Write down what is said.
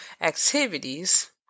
activities